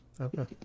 okay